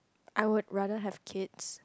I would rather have kids